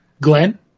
glenn